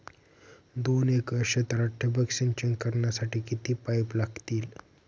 दोन एकर क्षेत्रात ठिबक सिंचन करण्यासाठी किती पाईप लागतील?